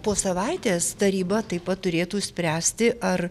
po savaitės taryba taip pat turėtų spręsti ar